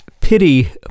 Pity